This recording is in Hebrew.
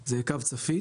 זה קו צפית